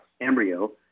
embryo